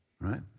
right